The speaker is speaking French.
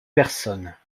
personnes